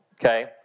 okay